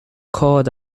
called